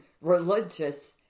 religious